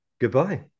Goodbye